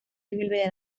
ibilbide